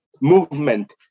movement